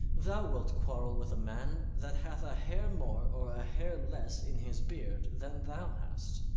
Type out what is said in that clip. thou wilt quarrel with a man that hath a hair more or a hair less in his beard than thou hast.